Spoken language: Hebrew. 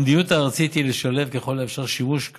המדיניות הארצית היא לשלב ככל האפשר שימושי